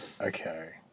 Okay